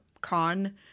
con